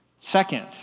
Second